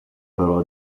però